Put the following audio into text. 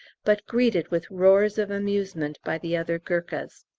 but greeted with roars of amusement by the other gurkhas.